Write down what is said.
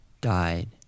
died